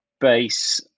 base